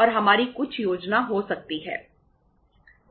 और हमारी कुछ योजना हो सकती है